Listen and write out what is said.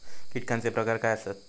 कीटकांचे प्रकार काय आसत?